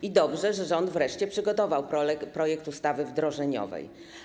I dobrze, że rząd wreszcie przygotował projekt ustawy wdrożeniowej.